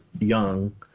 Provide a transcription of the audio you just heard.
young